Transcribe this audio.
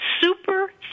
super